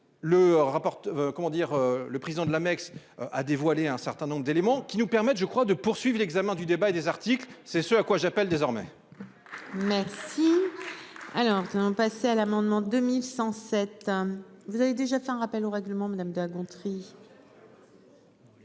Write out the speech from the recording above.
le président de l'la. A dévoilé un certain nombre d'éléments qui nous permettent, je crois, poursuivent l'examen du débat et des articles c'est ce à quoi j'appelle désormais. Merci. Alain. C'est un passé à l'amendement 2107. Vous avez déjà fait un rappel au règlement. Madame de La Gontrie.